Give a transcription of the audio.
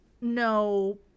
no